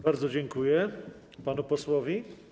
Bardzo dziękuję panu posłowi.